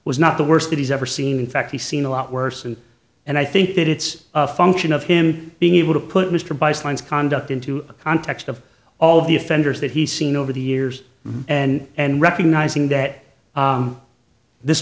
was not the worst that he's ever seen in fact he's seen a lot worse and and i think that it's a function of him being able to put mr by signes conduct into a context of all of the offenders that he's seen over the years and recognizing that this